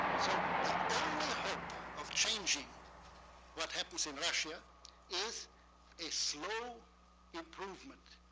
so the only hope of changing what happens in russia is a slow improvement,